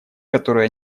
которые